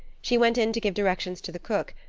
she went in to give directions to the cook,